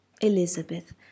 Elizabeth